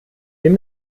dem